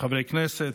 חברי כנסת,